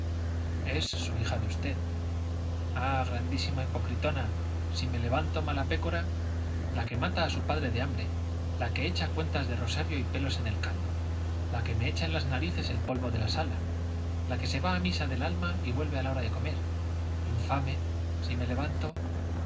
es su hija de usted ah grandísima hipocritona si me levanto mala pécora la que mata a su padre de hambre la que echa cuentas de rosario y pelos en el caldo la que me echa en las narices el polvo de la sala la que se va a misa de alba y vuelve a la hora de comer infame si me levanto